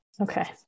Okay